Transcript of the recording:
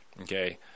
okay